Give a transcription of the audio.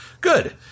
Good